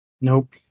Nope